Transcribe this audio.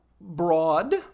broad